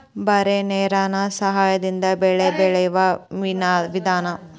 ಬರೇ ನೇರೇನ ಸಹಾದಿಂದ ಬೆಳೆ ಬೆಳಿಯು ವಿಧಾನಾ